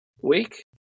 week